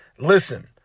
Listen